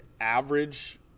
average